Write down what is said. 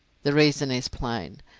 the reason is plain.